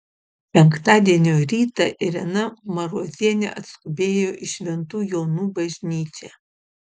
penktadienio rytą irena marozienė atskubėjo į šventų jonų bažnyčią